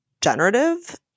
generative